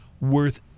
Worth